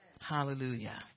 Hallelujah